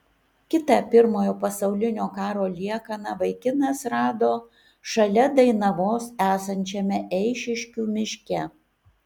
kitą pirmojo pasaulinio karo liekaną vaikinas rado šalia dainavos esančiame eišiškių miške